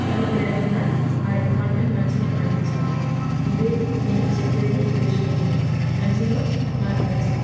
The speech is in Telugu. కలుపు లేకుండా ఆ యొక్క పంటను మంచిగా పండించాలి ఇదే మీకు చెప్పేది ఈ విషయం నేను మంచిదో నాకు మంచిది